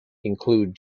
include